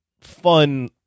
fun